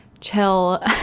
chill